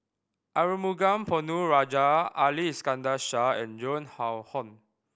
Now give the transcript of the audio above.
Arumugam Ponnu Rajah Ali Iskandar Shah and Joan Hon